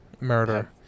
Murder